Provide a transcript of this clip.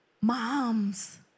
moms